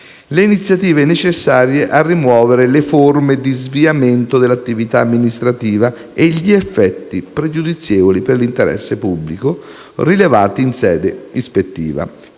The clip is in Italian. le iniziative necessarie a rimuovere le forme di sviamento dell'attività amministrativa e gli effetti pregiudizievoli per l'interesse pubblico rilevati in sede ispettiva,